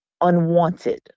unwanted